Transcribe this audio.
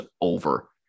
over